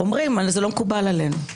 אומרים: זה לא מקובל עלינו.